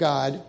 God